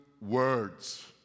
words